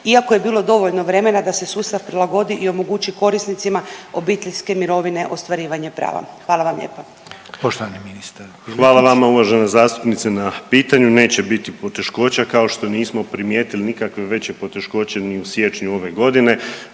iako je bilo dovoljno vremena da se sustav prilagodi i omogući korisnicima obiteljske mirovine ostvarivanje prava? Hvala vam lijepa. **Reiner, Željko (HDZ)** Poštovani ministar Piletić. **Piletić, Marin (HDZ)** Hvala vama uvažena zastupnice na pitanju. Neće biti poteškoća, kao što nismo primijetili nikakve veće poteškoće ni u siječnju ove godine.